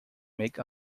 make